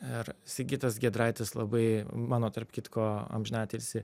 ir sigitas giedraitis labai mano tarp kitko amžinatilsį